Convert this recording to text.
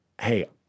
hey